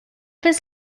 his